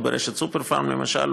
או ברשת "סופרפארם" למשל.